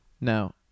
Now